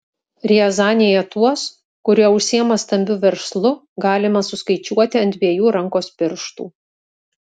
riazanėje tuos kurie užsiima stambiu verslu galima suskaičiuoti ant dviejų rankos pirštų